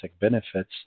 benefits